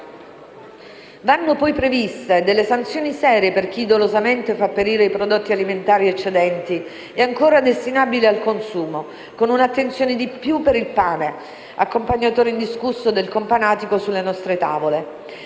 Vanno poi previste delle sanzioni serie per chi dolosamente fa perire i prodotti alimentari eccedenti e ancora destinabili al consumo, con un'attenzione in più per il pane, accompagnatore indiscusso del companatico sulle nostre tavole.